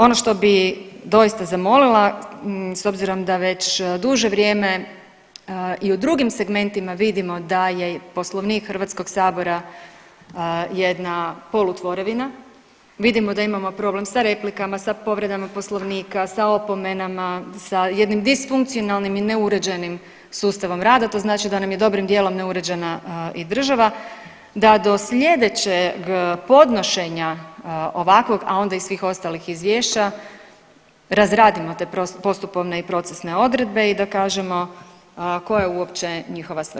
Ono što bi doista zamolila, s obzirom da već duže vrijeme i u drugim segmentima vidimo da je Poslovnik HS-a jedna polutvorevina, vidimo da imamo problem sa replikama, sa povredama Poslovnika, sa opomenama, sa jednim disfunkcionalnim i neuređenim sustavom rada, to znači da nam je dobrim dijelom neuređena i država, da do sljedećeg podnošenja ovakvog, a onda i svih ostalih izvješća, razradimo te postupovne i procesne odredbe i da kažemo koja je uopće njihova svrha.